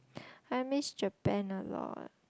I miss Japan a lot